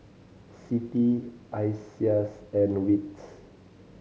CITI ISEAS and wits